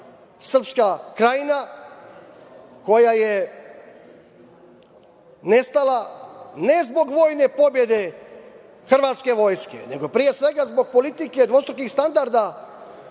Krajina, koja je nestala ne zbog vojne pobede hrvatske vojske, nego pre svega zbog politike dvostrukih standarda